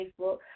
Facebook